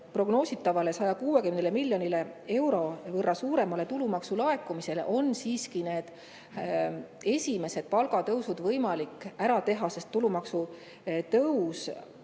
prognoositavale 160 miljoni euro võrra suuremale tulumaksu laekumisele on siiski esimesed palgatõusud võimalik ära teha, sest [maksutulu]